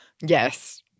Yes